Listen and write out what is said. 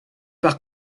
par